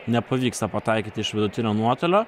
nepavyksta pataikyti iš vidutinio nuotolio